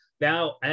now